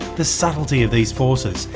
the subtlety of these forces,